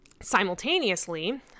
simultaneously